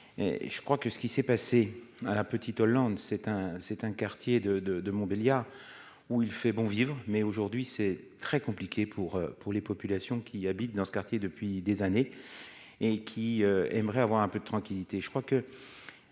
je crois que ce qui s'est passé à la Petite Hollande c'est un c'est un quartier de de de Montbéliard où il fait bon vivre mais aujourd'hui c'est très compliqué pour pour les populations qui habitent dans ce quartier depuis des années et qui aimeraient avoir un peu de tranquillité